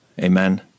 Amen